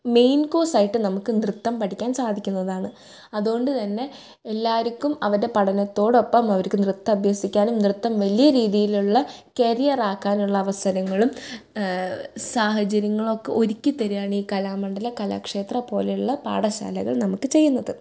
main കോഴ്സായിട്ട് നമുക്ക് നൃത്തം പഠിക്കാൻ സാധിക്കുന്നതാണ് അതുകൊണ്ട് തന്നെ എല്ലാവർക്കും അവരുടെ പഠനത്തോടൊപ്പം അവർക്ക് നൃത്തം അഭ്യസിക്കാനും നൃത്തം വലിയ രീതിയിലുള്ള കരിയറാക്കാനുള്ള അവസരങ്ങളും സാഹചര്യങ്ങളൊക്കെ ഒരുക്കി തരികയാണ് ഈ കലാമണ്ഡലം കലാക്ഷേത്രം പോലെ ഉള്ള പാഠശാലകൾ നമുക്ക് ചെയ്യുന്നത്